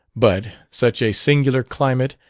but such a singular climate,